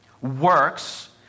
works